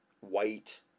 white